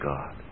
God